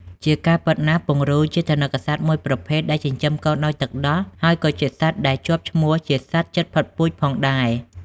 ជាការពិតណាស់ ពង្រូលជាថនិកសត្វមួយប្រភេទដែលចិញ្ចឹមកូនដោយទឹកដោះ ហើយក៏ជាសត្វដែលជាប់ឈ្មោះជាសត្វជិតផុតពូជផងដែរ។